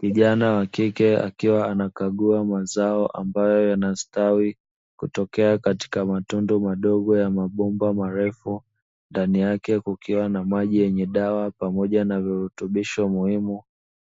Kijana wakike akiwa anakagua mazao ambayo yanastawi kutokea kwenye matundu madogo ya mabomba marefu. Ndani yake kukiwa na maji yenye dawa pamoja na virutubisho muhimu